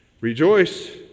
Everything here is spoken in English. Rejoice